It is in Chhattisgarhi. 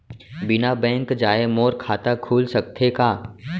बिना बैंक जाए मोर खाता खुल सकथे का?